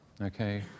okay